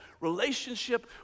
relationship